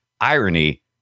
irony